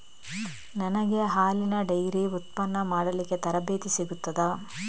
ನನಗೆ ಹಾಲಿನ ಡೈರಿ ಉತ್ಪನ್ನ ಮಾಡಲಿಕ್ಕೆ ತರಬೇತಿ ಸಿಗುತ್ತದಾ?